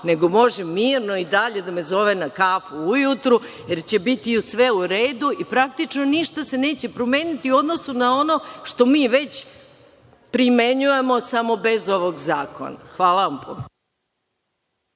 nego može mirno i dalje da me zove na kafu ujutru, jer će biti sve u redu i praktično ništa se neće promeniti u odnosu na ono što mi već primenjujemo samo bez ovog zakona. Hvala vam puno.